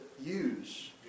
use